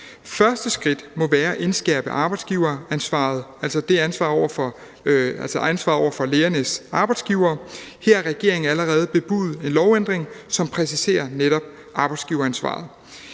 Første skridt må være at indskærpe arbejdsgiveransvaret, altså indskærpe ansvaret over for lægernes arbejdsgivere. Her har regeringen allerede bebudet en lovændring, som præciserer netop arbejdsgiveransvaret.